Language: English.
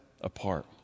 apart